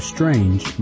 Strange